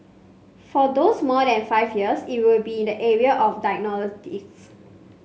for those more than five years it would be in the area of diagnostics